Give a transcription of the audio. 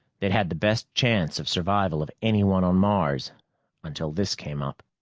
they'd had the best chance of survival of anyone on mars until this came up.